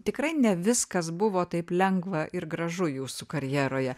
tikrai ne viskas buvo taip lengva ir gražu jūsų karjeroje